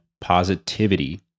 positivity